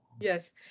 Yes